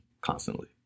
constantly